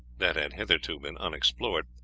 that had hitherto been unexplored,